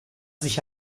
sich